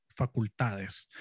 facultades